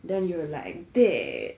then you're like dead